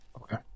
Okay